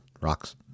rocks